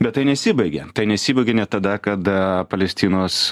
bet tai nesibaigė tai nesibaigė net tada kada palestinos